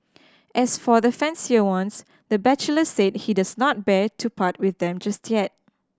as for the fancier ones the bachelor said he does not bear to part with them just yet